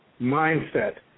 mindset